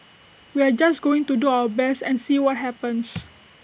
we are just going to do our best and see what happens